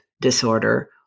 disorder